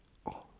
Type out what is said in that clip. oh